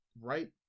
right